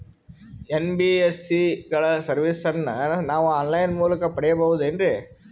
NBSC ಗಳ ಸರ್ವಿಸನ್ನ ನಾವು ಆನ್ ಲೈನ್ ಮೂಲಕ ಪಡೆಯಬಹುದೇನ್ರಿ?